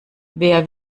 wer